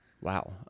Wow